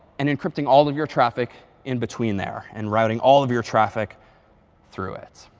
and encrypting all of your traffic in between there, and routing all of your traffic through it.